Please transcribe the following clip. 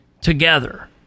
together